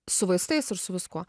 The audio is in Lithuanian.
su vaistais ir su viskuo